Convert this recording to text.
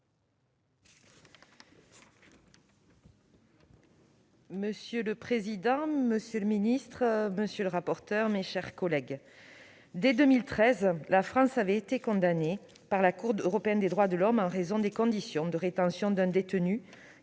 Monsieur le président, monsieur le garde des sceaux, mes chers collègues, dès 2013, la France a été condamnée par la Cour européenne des droits de l'homme en raison des conditions de détention d'un détenu